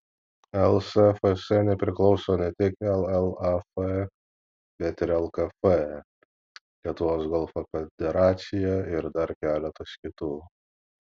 lsfs nepriklauso ne tik llaf bet ir lkf lietuvos golfo federacija ir dar keletas kitų